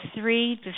three